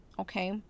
okay